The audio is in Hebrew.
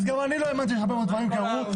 אז גם אני לא האמנתי שהרבה מאוד דברים קרו.